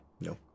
No